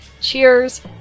Cheers